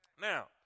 Now